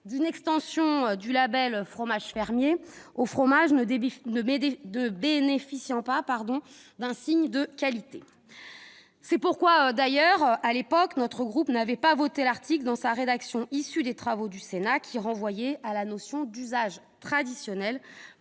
d'une extension du label « fromage fermier » aux fromages ne bénéficiant pas d'un signe de qualité. C'est d'ailleurs la raison pour laquelle notre groupe n'avait pas voté l'article dans sa rédaction issue des travaux du Sénat, laquelle renvoyait à « la notion d'usages traditionnels